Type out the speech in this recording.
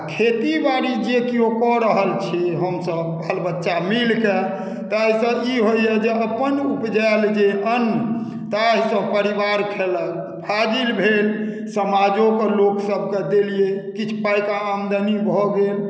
आ खेतीबाड़ी जे केओ कऽ रहल छी हम सभ खल बच्चा मिलके ताहि से ई होइया जे अपन उपजायल जे अन्न ताहि से परिवार खेलक फाजिल भेल समाजोके लोक सभकेँ देलियै किछु पाइके आमदनी भऽ गेल